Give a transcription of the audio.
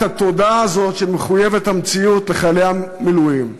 התודה הזאת שהיא מחויבת המציאות לחיילי המילואים.